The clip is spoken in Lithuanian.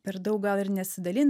per daug gal ir nesidalin